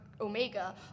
Omega